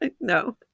No